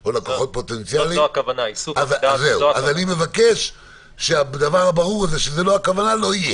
אבל הוא לא הטקס הדתי שדיברנו עליו,